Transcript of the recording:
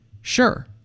Sure